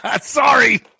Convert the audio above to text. Sorry